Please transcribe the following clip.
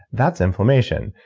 that's inflammation.